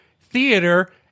theater